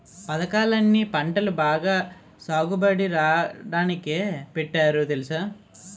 పదకాలన్నీ పంటలు బాగా సాగుబడి రాడానికే పెట్టారు తెలుసా?